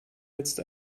jetzt